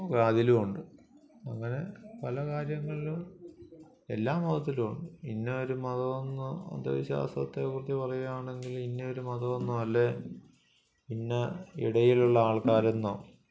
അതിലും ഉണ്ട് അങ്ങനെ പല കാര്യങ്ങളിലും എല്ലാ മതത്തിലും ഉണ്ട് ഇന്ന ഒരു മതം എന്നോ അന്ധവിശ്വാസത്തെക്കുറിച്ച് പറയാണെങ്കിൽ ഇന്നയൊരു മതം എന്നോ അല്ലേൽ ഇന്ന ഇടയിലുള്ള ആൾക്കാരെന്നോ